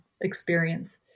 experience